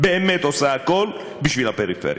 באמת עושה הכול בשביל הפריפריה.